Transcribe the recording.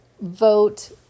vote